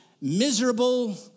Miserable